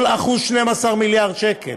כל אחוז, 12 מיליארד שקל.